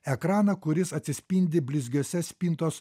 ekraną kuris atsispindi blizgiose spintos